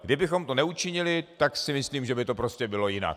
Kdybychom to neučinili, tak si myslím, že by to prostě bylo jinak.